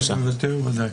בבקשה.